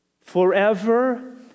forever